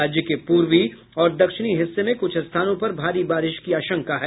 राज्य के पूर्वी और दक्षिणी हिस्से में कुछ स्थानों पर भारी बारिश की आशंका है